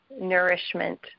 nourishment